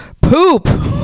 Poop